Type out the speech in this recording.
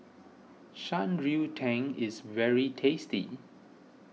Shan Rui Tang is very tasty